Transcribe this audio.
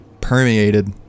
permeated